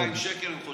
1,200 שקל או